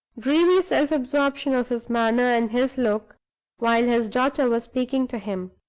dreamy self-absorption of his manner and his look while his daughter was speaking to him.